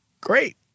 great